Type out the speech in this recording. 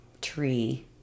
tree